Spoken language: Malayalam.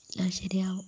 എല്ലാം ശരിയാകും